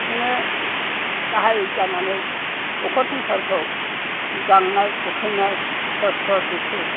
बिदिनो गाहाइ जानानै न'खर संसारखौ गांनाय उखैनाय खस्थ' दुखु